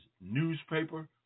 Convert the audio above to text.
newspaper